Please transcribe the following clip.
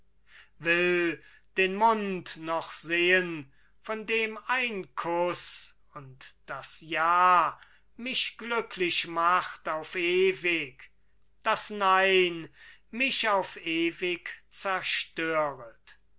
will den mund noch sehen von dem ein kuß und das ja mich glücklich macht auf ewig das nein mich auf ewig zerstöret